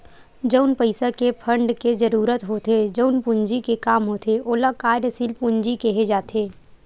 जउन पइसा के फंड के जरुरत होथे जउन पूंजी के काम होथे ओला कार्यसील पूंजी केहे जाथे